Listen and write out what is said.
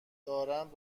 دارند